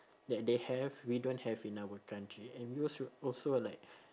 that they have we don't have in our country and we als~ should also like